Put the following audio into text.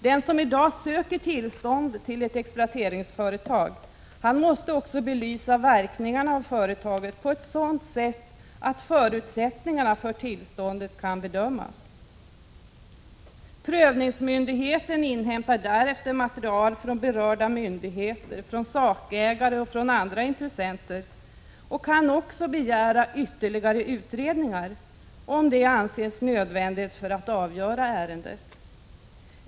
Den som i dag söker tillstånd till ett exploateringsföretag måste också belysa verkningarna av företaget på ett sådant sätt, att förutsättningarna för tillstånd kan bedömas. Prövningsmyndigheten inhämtar därefter material från berörda myndigheter, sakägare och andra intressenter och kan också begära ytterligare utredningar, om det anses nödvändigt för att avgöra ärendet.